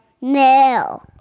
no